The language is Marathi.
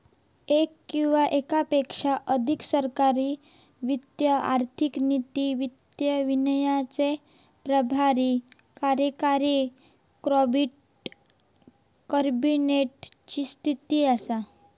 येक किंवा येकापेक्षा अधिक सरकारी वित्त आर्थिक नीती, वित्त विनियमाचे प्रभारी कार्यकारी कॅबिनेट ची स्थिती असा